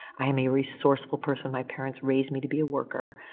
i'm a resourceful person, my parents raised me to be a worker.